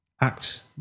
act